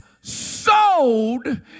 sold